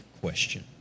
question